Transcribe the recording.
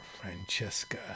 Francesca